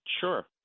Sure